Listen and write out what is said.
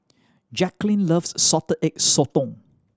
Jaclyn loves Salted Egg Sotong